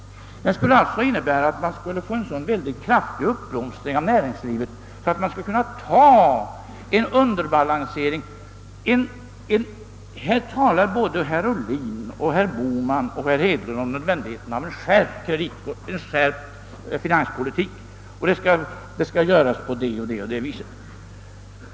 Det skulle alltså innebära att man skulle få en så väldigt kraftig uppblomstring av näringslivet, att man kunde acceptera en underbalansering. Här talar såväl herr Ohlin och herr Bohman som herr Hedlund om nödvändigheten av en skärpning av finanspolitiken, och den skall ske på det och det viset.